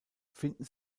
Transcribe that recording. finden